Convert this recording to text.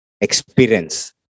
experience